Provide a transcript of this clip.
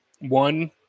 One